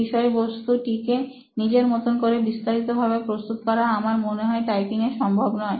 বিষয়বস্তুটিকে নিজের মতন করে বিস্তারিত ভাবে প্রস্তুত করা আমার মনে হয় টাইপিং এ সম্ভব নয়